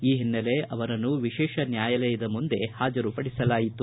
ಈ ಹಿನ್ನೆಲೆ ಅವರನ್ನು ವಿಶೇಷ ನ್ಯಾಯಾಲಯದ ಮುಂದೆ ಹಾಜರುಪಡಿಸಲಾಯಿತು